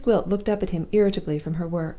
miss gwilt looked up at him irritably from her work.